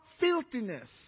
filthiness